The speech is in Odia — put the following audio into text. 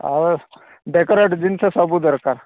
ଆଉ ଡେକୋରେଟ୍ ଜିନିଷ ସବୁ ଦରକାର